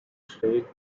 straight